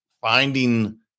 finding